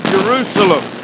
Jerusalem